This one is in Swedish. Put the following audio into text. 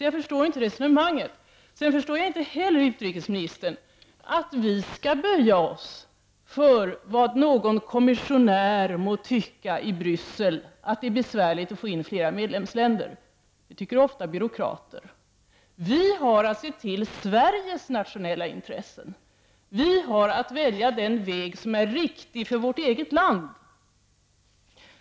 Jag förstår alltså inte resonemanget. Jag förstår inte heller, utrikesministern, att vi skall böja oss för att någon kommissionär i Bryssel må tycka att det är besvärligt att få in fler medlemsländer. Så tycker ofta byråkrater. Vi har att se till Sveriges nationella intressen. Vi har att välja den väg som är riktig för vårt eget land.